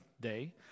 day